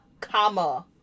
comma